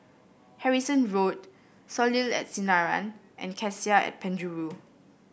Harrison Road Soleil and Sinaran and Cassia and Penjuru